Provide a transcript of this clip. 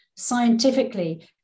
scientifically